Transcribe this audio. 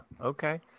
Okay